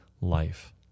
life